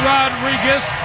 Rodriguez